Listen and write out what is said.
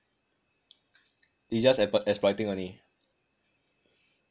they are just exploiting only